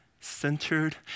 centered